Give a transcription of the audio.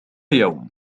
يوم